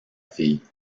fille